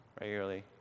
regularly